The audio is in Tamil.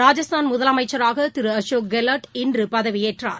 ராஜஸ்தான் முதலமைச்சராக திரு அசோக் கெலாட் இன்று பதிவயேற்றார்